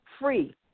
free